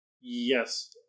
Yes